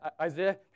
Isaiah